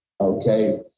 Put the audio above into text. okay